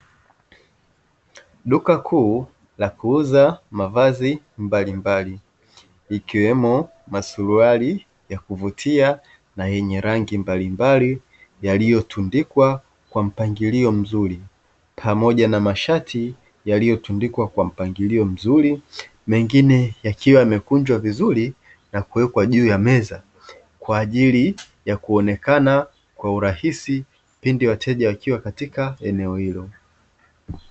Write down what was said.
Duka kuu la kuuza mavazi mbalimbali ikiwemo masuruali ya kuvutia na yenye rangi mbalimbali, yaliyotundikwa kwa mpangilio mzuri pamoja na mashati yaliyotundikwa kwa mpangilio mzuri mengine yakiwa yamekunjwa vizuri, na kuwekwa juu ya meza kwa ajili ya kuonekana kwa urahisi pindi wateja wakiwa katika eneo hilo.